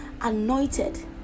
anointed